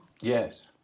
Yes